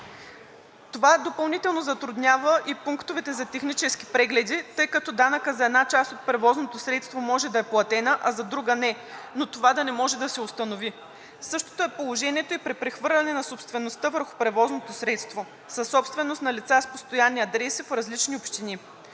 Това допълнително затруднява и пунктовете за технически прегледи, тъй като данъкът за една част от превозното средство може да е платена, а за друга не, но това да не може да се установи. Същото е положението и при прехвърляне на собствеността върху превозното средство, съсобственост на лица с постоянни адреси в различни общини.